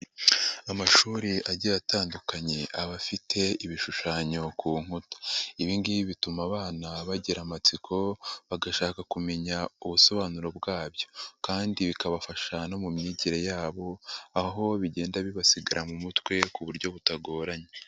Amashuri agiye atandukanye aba afite ibishushanyo ku nkuta. Ibi ngibi bituma abana bagira amatsiko bagashaka kumenya ubusobanuro bwabyo kandi bikabafasha no mu myigire yabo, aho bigenda bibasigara mu mutwe ku buryo butagoranye.